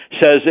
says